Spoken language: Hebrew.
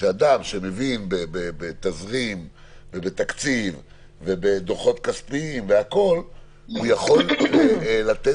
שאדם שמבין בתזרים ובתקציב ובדוחות כספיים יכול לתת